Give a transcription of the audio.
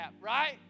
right